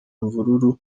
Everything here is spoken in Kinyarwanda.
imvururu